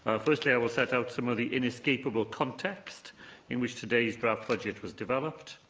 ah firstly, i will set out some of the inescapable context in which today's draft budget was developed.